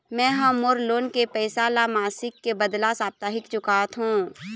में ह मोर लोन के पैसा ला मासिक के बदला साप्ताहिक चुकाथों